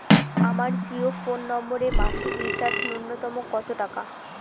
আমার জিও ফোন নম্বরে মাসিক রিচার্জ নূন্যতম কত টাকা?